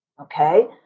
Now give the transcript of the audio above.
Okay